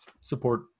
support